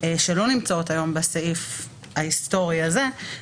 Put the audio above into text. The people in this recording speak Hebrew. שלא נמצאות היום בסעיף ההיסטורי הזה,